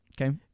okay